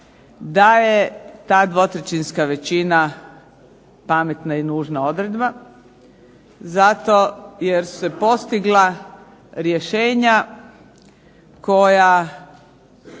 da je ta dvotrećinska većina pametna i nužna odredba zato jer se postigla rješenja koja